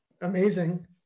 amazing